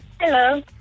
hello